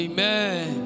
Amen